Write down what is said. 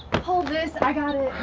hold this, i got